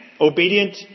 obedient